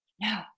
no